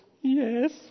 Yes